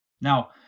Now